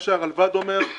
מה שהרלב"ד אומר.